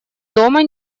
дома